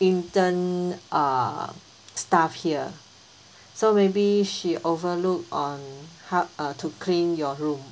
intern uh staff here so maybe she overlooked on how uh to clean your room